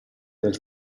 del